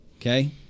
okay